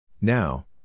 Now